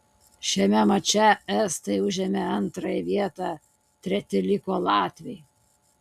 šiame mače estai užėmė antrąją vietą treti liko latviai